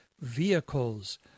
vehicles